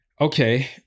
Okay